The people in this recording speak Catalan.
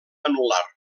anul·lar